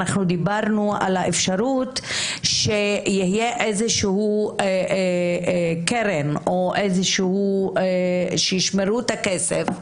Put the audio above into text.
אנחנו דיברנו על האפשרות שתהיה איזושהי קרן או שישמרו את הכסף,